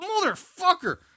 motherfucker